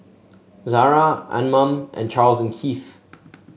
Zara Anmum and Charles and Keith